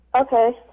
Okay